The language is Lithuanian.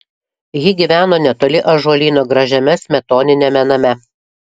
ji gyveno netoli ąžuolyno gražiame smetoniniame name